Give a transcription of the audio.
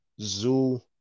Zoo